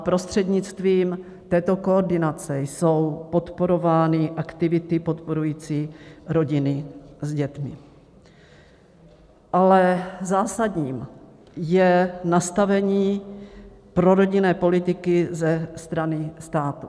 Prostřednictvím této koordinace jsou podporovány aktivity podporující rodiny s dětmi, ale zásadní je nastavení prorodinné politiky ze strany státu.